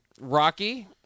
rocky